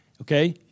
okay